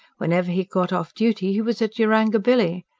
whenever he got off duty he was at yarangobilly.